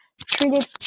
treated